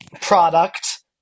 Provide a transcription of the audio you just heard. product